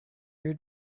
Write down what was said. your